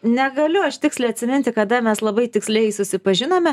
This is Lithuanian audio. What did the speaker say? negaliu aš tiksliai atsiminti kada mes labai tiksliai susipažinome